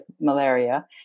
malaria